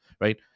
right